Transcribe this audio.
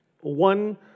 One